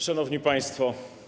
Szanowni Państwo!